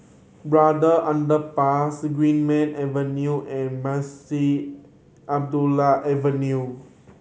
Braddell Underpass Greenmead Avenue and Munshi Abdullah Avenue